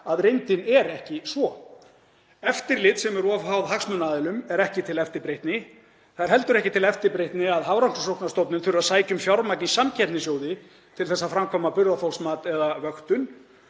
að reyndin er ekki svo. Eftirlit sem er of háð hagsmunaaðilum er ekki til eftirbreytni. Það er heldur ekki til eftirbreytni að Hafrannsóknastofnun þurfi að sækja um fjármagn í samkeppnissjóði til að framkvæma burðarþolsmat eða vöktun.